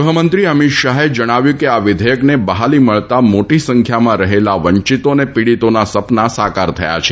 ગૃહમંત્રી અમીત શાહે જણાવ્યું છે કે આ વિધેયકને બહાલી મળતા મોટી સંખ્યામાં રહેલા વંચિતો અને પીડિતોના સપના સાકાર થયા છે